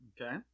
Okay